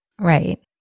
Right